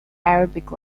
arabic